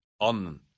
on